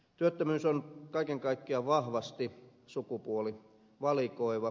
työttömyys on kaiken kaikkiaan vahvasti sukupuolivalikoiva